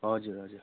हजुर हजुर